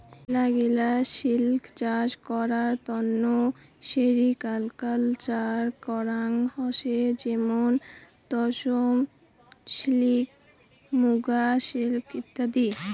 মেলাগিলা সিল্ক চাষ করার তন্ন সেরিকালকালচার করাঙ হসে যেমন তসর সিল্ক, মুগা সিল্ক ইত্যাদি